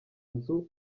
nzu